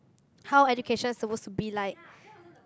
how education's supposed to be like